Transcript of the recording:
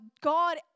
God